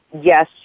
yes